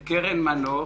את קרן מנוף